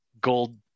gold